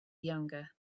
younger